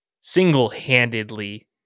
single-handedly